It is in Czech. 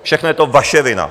Všechno je to vaše vina.